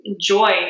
joy